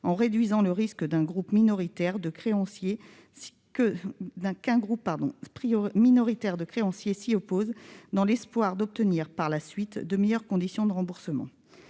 en réduisant le risque qu'un groupe minoritaire de créanciers s'y oppose dans l'espoir d'obtenir, par la suite, de meilleures conditions de remboursement.